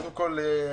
קודם כול,